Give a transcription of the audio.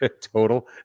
total